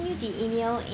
you the email